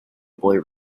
boy